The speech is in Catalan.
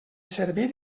servit